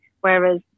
whereas